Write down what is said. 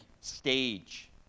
stage